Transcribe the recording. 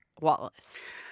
Wallace